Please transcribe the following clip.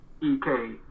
EK